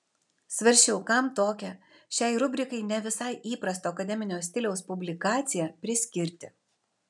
svarsčiau kam tokią šiai rubrikai ne visai įprasto akademinio stiliaus publikaciją priskirti